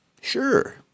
Sure